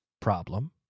problem